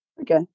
Okay